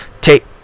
take